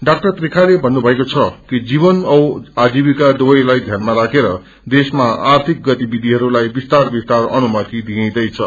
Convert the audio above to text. डा त्रिखाले भूभएको छ कि जीवन औ आजीविका दुवैलाई ध्यानामा राखेर देशमा आर्थिक गतिविधिहरूलाई विस्तार विस्तार अनुमति दिइदैछ